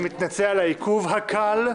אני מתנצל על העיכוב הקל,